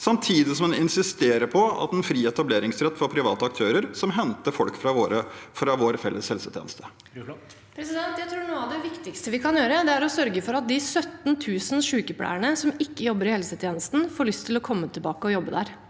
samtidig som en insisterer på en fri etableringsrett for private aktører som henter folk fra vår felles helsetjeneste? Sandra Bruflot (H) Jeg tror noe av det viktigste vi kan gjøre, er å sørge for at de 17 000 sykepleierne som ikke jobber i helsetjenesten, får lyst til å komme tilbake og jobbe der.